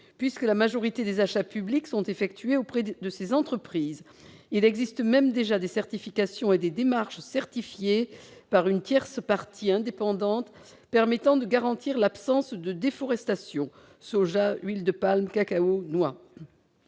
puisque la majorité des achats publics sont effectués auprès de ces entreprises. Il existe même déjà des certifications et des démarches certifiées par une tierce partie indépendante permettant de garantir l'absence de déforestation- soja, huile de palme, cacao, noix.